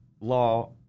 law